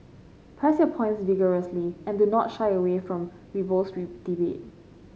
press your points vigorously and do not shy away from robust debate